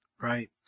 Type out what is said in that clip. Right